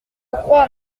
crois